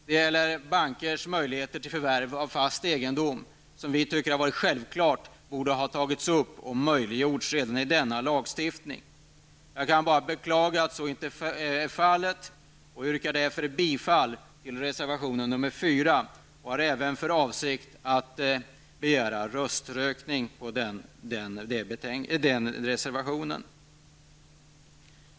Det gäller bankers möjligheter att förvärva fast egendom. Vi tycker att det är självklart att detta borde ha möjliggjorts redan genom denna lagstiftning. Jag kan bara beklaga att så inte är fallet och yrkar därför bifall till reservation nr 4. Jag har även för avsikt att begära rösträkning beträffande den reservationen.